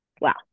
wow